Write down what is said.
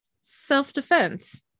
self-defense